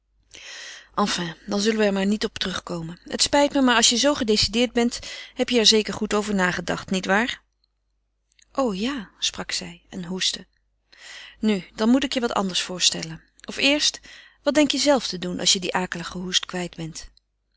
enfin dan zullen wij er maar niet op terugkomen het spijt me maar als jij zoo gedecideerd bent heb je er zeker goed over nagedacht niet waar o ja sprak zij en hoestte nu dan moet ik je wat anders voorstellen of eerst wat denk je zelve te doen als je dien akeligen hoest kwijt bent